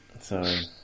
Sorry